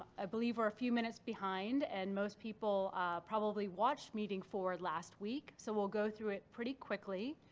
i believe we're a few minutes behind and most people probably watched meeting four last week. so we'll go through it pretty quickly.